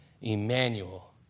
Emmanuel